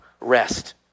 rest